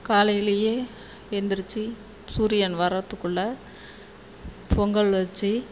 காலையிலயே எந்திரிச்சு சூரியன் வர்றத்துகுள்ளே பொங்கல் வச்சு